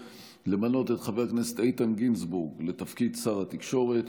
2. למנות את חבר הכנסת איתן גינזבורג לתפקיד שר התקשורת,